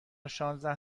شانزده